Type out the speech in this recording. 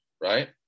Right